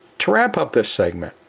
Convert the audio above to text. to wrap up this segment,